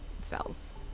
cells